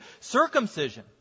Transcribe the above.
circumcision